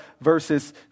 verses